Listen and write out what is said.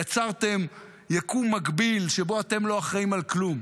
יצרתם יקום מקביל שבו אתם לא אחראים לכלום.